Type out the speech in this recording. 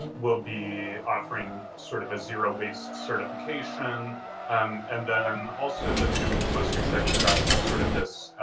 we'll be offering sort of a zero waste certification um and then also the thing i'm most excited about is sort of this,